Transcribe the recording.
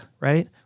right